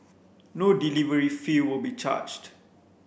no delivery fee will be charged